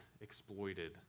exploited